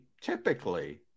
typically